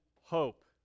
hope